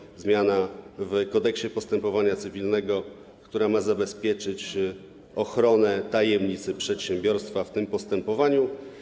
Chodzi o zmianę w Kodeksie postępowania cywilnego, która ma zabezpieczyć ochronę tajemnicy przedsiębiorstwa w tym postępowaniu.